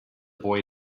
boy